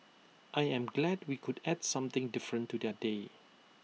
I am glad we could add something different to their day